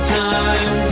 time